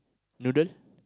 noodle